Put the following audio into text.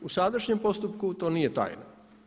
U sadašnjem postupku to nije tajna.